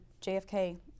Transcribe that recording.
JFK